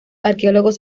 arqueólogos